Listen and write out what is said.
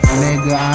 nigga